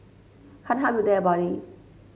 can't help you there buddy